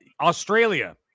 Australia